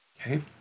Okay